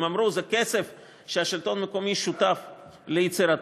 הם אמרו: זה כסף שהשלטון המקומי שותף ליצירתו.